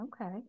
okay